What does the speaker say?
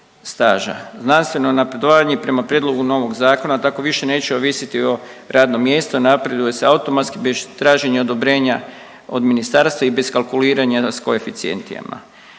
Znanstveno napredovanje prema prijedlogu novog zakona tako više neće ovisiti o radnom mjestu, napreduje se automatski već traženje odobrenja od ministarstva i bez kalkuliranja s koeficijentima.